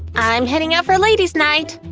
i'm heading out for ladies' night!